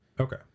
Okay